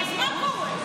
אז מה קורה?